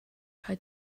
try